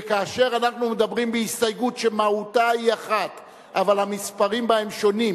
וכאשר אנחנו מדברים בהסתייגות שמהותה היא אחת אבל המספרים בה הם שונים,